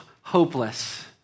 hopeless